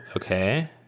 okay